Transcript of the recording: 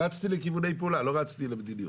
רצתי לכיווני פעולה, לא רצתי למדיניות.